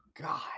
God